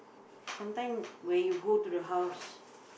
sometimes when you go to the house